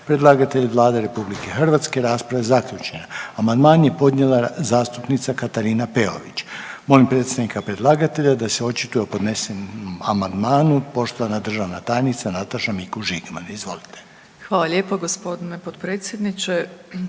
Predlagatelj je Vlada RH, rasprava je zaključena. Amandman je podnijela zastupnica Katarina Peović. Molim predstavnika predlagatelja da se očituje o podnesenom amandmanu, poštovana državna tajnica Nataša Mikuš Žigman, izvolite. **Mikuš Žigman, Nataša** Hvala lijepo gospodine potpredsjedniče.